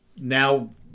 now